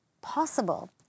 possible